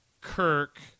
Kirk